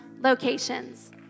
locations